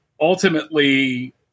Ultimately